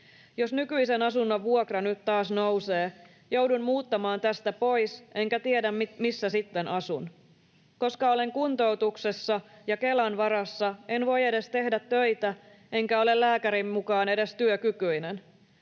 Jos nykyisen asunnon vuokra nyt taas nousee, joudun muuttamaan tästä pois enkä tiedä, missä sitten asun. Koska olen kuntoutuksessa ja Kelan varassa, en voi edes tehdä töitä, enkä ole lääkärin mukaan edes työkykyinen.